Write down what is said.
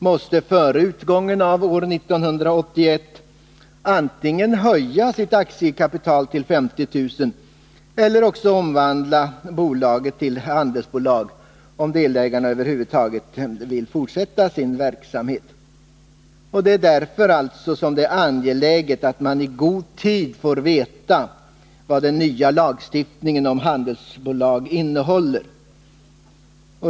måste före utgången av år 1981 antingen höja aktiekapitalet till 50 000 kr. eller omvandla bolaget till ett handelsbolag, om delägarna över huvud taget vill fortsätta sin verksamhet. Därför är det angeläget att man i god tid får veta vad den nya lagstiftningen om handelsbolag innehåller.